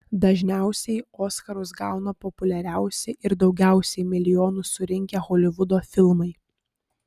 dažniausiai oskarus gauna populiariausi ir daugiausiai milijonų surinkę holivudo filmai